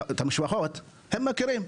מכירים,